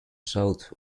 south